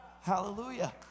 hallelujah